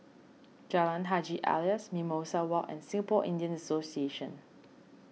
Jalan Haji Alias Mimosa Walk and Singapore Indian Association